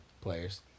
players